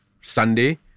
Sunday